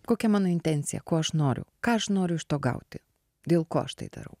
kokia mano intencija kuo aš noriu ką aš noriu iš to gauti dėl ko aš tai darau